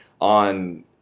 on